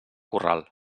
corral